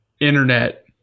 Internet